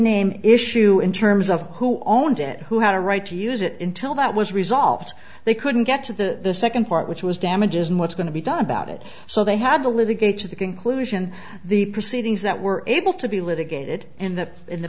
name issue in terms of who owned it who had a right to use it until that was resolved they couldn't get to the second part which was damages and what's going to be done about it so they had to live a gauge of the conclusion the proceedings that were able to be litigated in the in the